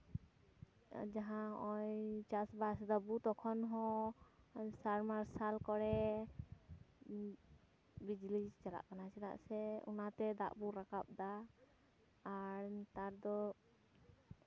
ᱡᱟᱦᱟᱸ ᱱᱚᱜᱼᱚᱭ ᱪᱟᱥᱼᱵᱟᱥ ᱫᱟᱵᱚ ᱛᱚᱠᱷᱚᱱ ᱦᱚᱸ ᱥᱟᱵᱽᱢᱟᱨᱥᱟᱞ ᱠᱚᱨᱮᱜ ᱵᱤᱡᱽᱞᱤ ᱪᱟᱞᱟᱜ ᱠᱟᱱᱟ ᱪᱮᱫᱟᱜ ᱥᱮ ᱚᱱᱟᱛᱮ ᱫᱟᱜ ᱵᱚ ᱨᱟᱠᱟᱵ ᱫᱟ ᱟᱨ ᱱᱮᱛᱟᱨ ᱫᱚ